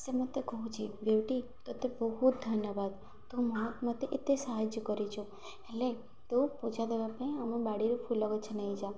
ସେ ମୋତେ କହୁଛି ବିଉଟି ତୋତେ ବହୁତ ଧନ୍ୟବାଦ ତୁ ମୋତେ ଏତେ ସାହାଯ୍ୟ କରିଛୁ ହେଲେ ତୁ ଦେବା ପାଇଁ ଆମ ବାଡ଼ିରେ ଫୁଲ ଗଛ ନେଇଯା